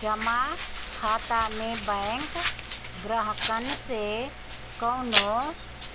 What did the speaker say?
जमा खाता में बैंक ग्राहकन से कवनो